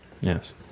Yes